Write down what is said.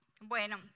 Bueno